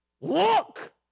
look